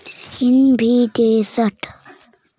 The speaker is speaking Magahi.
कोई भी देशत स्थानीय सरकारेर द्वारा कर वसूल कराल जा छेक